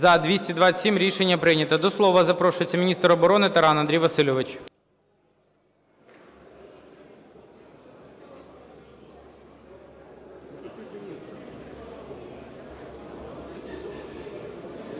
За-227 Рішення прийнято. До слова запрошується міністр оборони Таран Андрій Васильович.